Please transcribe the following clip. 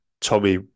Tommy